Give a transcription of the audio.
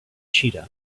cheetah